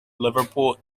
liverpool